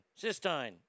cystine